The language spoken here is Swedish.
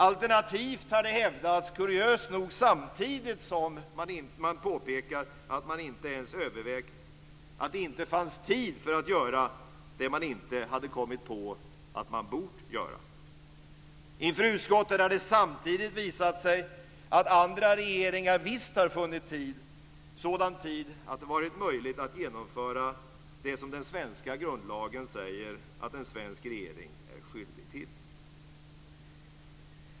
Alternativt har det hävdats, kuriöst nog samtidigt som man påpekar att man inte ens övervägt det, att det inte fanns tid för att göra det man inte hade kommit på att man bort göra. Inför utskottet har det samtidigt visat sig att andra regeringar visst har funnit tid - sådan tid att det varit möjligt att genomföra det som den svenska grundlagen säger att en svensk regering är skyldig till.